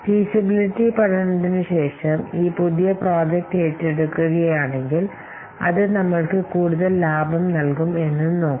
സാധ്യമായ പഠനത്തിനുശേഷം ഈ പുതിയ പ്രോജക്റ്റ് ഏറ്റെടുക്കുകയാണെങ്കിൽ അത് നമ്മൾക്ക് കൂടുതൽ ലാഭം നൽകും എന്നും നോക്കണം